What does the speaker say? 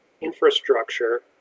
infrastructure